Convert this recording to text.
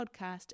podcast